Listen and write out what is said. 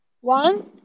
One